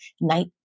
night